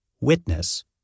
Witness